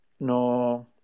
No